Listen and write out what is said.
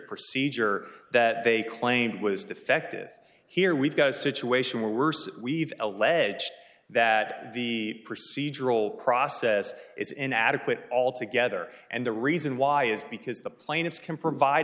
procedure that they claimed was defective here we've got a situation where worse we've alleged that the procedural process is inadequate altogether and the reason why is because the plaintiffs can provide